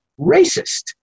racist